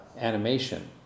animation